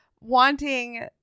Wanting